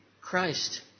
Christ